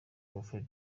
raffles